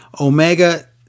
Omega